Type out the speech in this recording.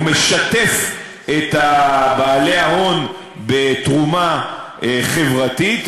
הוא משתף את בעלי ההון בתרומה חברתית,